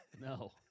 No